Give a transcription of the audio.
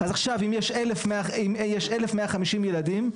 אז עכשיו, אם יש 1,150 ילדים,